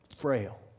frail